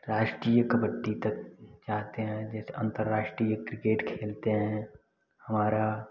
राष्ट्रीय कबड्डी तक चाहते हैं जैसे अन्तर्राष्ट्रीय क्रिकेट खेलते हैं हमारा